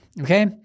Okay